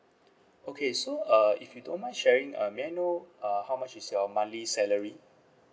okay so uh if you don't mind sharing uh may I know uh how much is your monthly salary